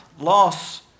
Loss